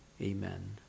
Amen